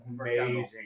Amazing